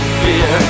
fear